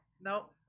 no